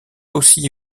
aussi